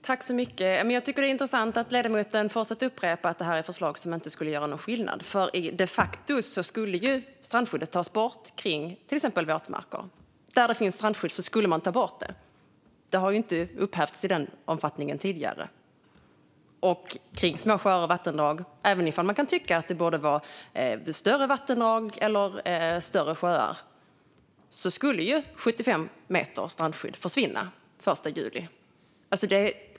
Fru talman! Jag tycker att det är intressant att ledamoten fortsätter att upprepa att det här är förslag som inte skulle göra någon skillnad, för strandskyddet skulle de facto tas bort kring till exempel våtmarker. Där det finns strandskydd skulle man ta bort det - det har inte upphävts i den omfattningen tidigare - kring små sjöar och vattendrag. Även om man kan tycka att det borde vara större vattendrag eller större sjöar skulle ju 75 meter strandskydd försvinna den 1 juli.